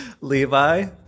Levi